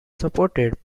supported